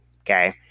okay